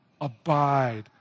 abide